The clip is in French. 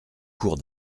cours